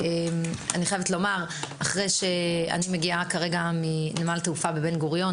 אני חייבת לומר שאני מגיעה כרגע מנמל התעופה בן גוריון,